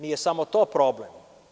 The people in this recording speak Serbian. Nije samo to problem.